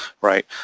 right